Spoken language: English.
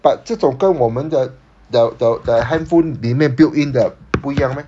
but 这种跟我们的 the the the handphone 里面 built-in 的不一样 meh